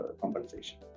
compensation